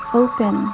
open